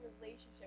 relationship